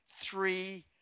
three